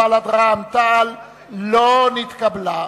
בל"ד ורע"ם-תע"ל לא נתקבלה.